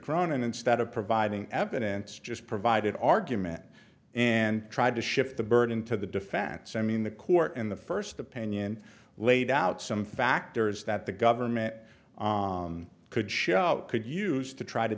crone and instead of providing evidence just provided argument and tried to shift the burden to the defense i mean the court in the first opinion laid out some factors that the government could show could use to try to